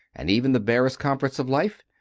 and even the barest comforts of life.